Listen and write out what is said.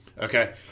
okay